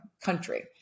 country